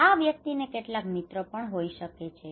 આ વ્યક્તિને તેના કેટલાક મિત્રો પણ હોઈ શકે છે